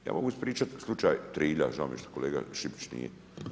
Ja mogu ispričati slučaj Trilja, žao mi je što kolega Šipić nije.